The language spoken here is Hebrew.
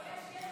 לא, יש קשר.